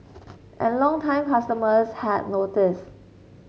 and longtime customers had noticed